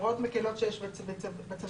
הוראות מקלות שיש בצווים,